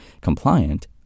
compliant